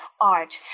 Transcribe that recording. art